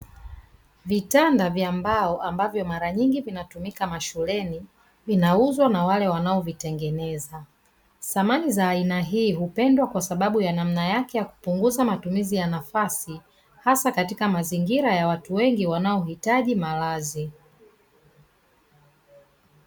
Vitanda vya mbao ambavyo mara nyingi vinatumika mashuleni vinauzwa na wale wanaovitengeneza. Samani za aina hii hupendwa kwa sababu ya namna yake ya kupunguza matumizi ya nafasi, hasa katika mazingira ya watu wengi wanaohitaji malazi.